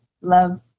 Love